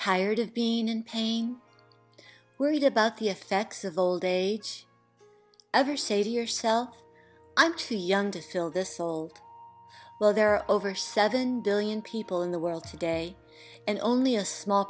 tired of being in pain where you did about the effects of old age ever say to yourself i'm too young to feel this old well there are over seven billion people in the world today and only a small